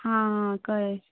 हां हां कळ्ळें